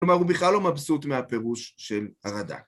כלומר, הוא בכלל לא מבסוט מהפירוש של הרד"ק.